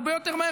הרבה יותר מהר,